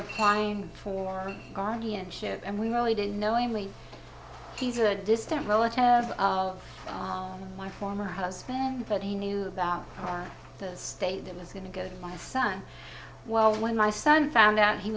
applying for guardianship and we really didn't knowingly he's a distant relative of my former husband but he knew about the state that was going to go to my son when my son found out he